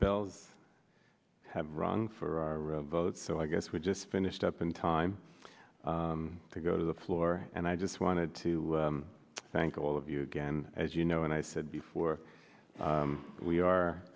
bells have rung for our vote so i guess we just finished up in time to go to the floor and i just wanted to thank all of you again as you know and i said before we are